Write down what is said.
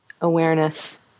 awareness